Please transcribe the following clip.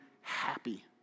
happy